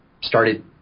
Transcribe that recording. started